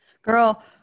Girl